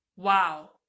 wow